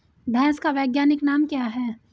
भैंस का वैज्ञानिक नाम क्या है?